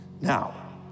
Now